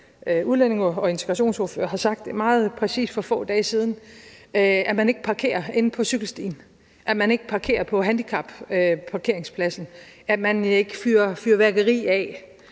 udlændinge- og integrationsordfører for få dage siden har sagt det meget præcist, nemlig at man ikke parkerer inde på cykelstien, at man ikke parkerer på handicapparkeringspladsen, at man ikke fyrer fyrværkeri af